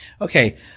Okay